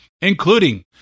including